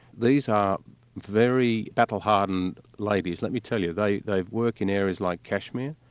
these are very battle-hardened ladies, let me tell you. they've they've worked in areas like kashmir,